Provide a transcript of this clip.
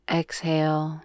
exhale